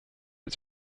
its